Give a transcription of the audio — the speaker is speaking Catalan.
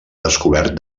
descobert